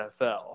NFL